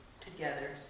together